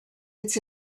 it’s